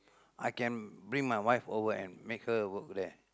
I can bring my wife over and make her work there